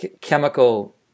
chemical